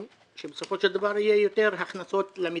היא שבסופו של דבר יהיו יותר הכנסות למדינה,